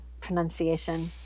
pronunciation